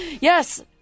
Yes